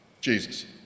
Jesus